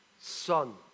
Son